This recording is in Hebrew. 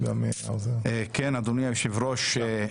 אדוני היושב-ראש,